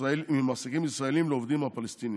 ישראלים לעובדים הפלסטינים.